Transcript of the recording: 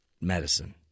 medicine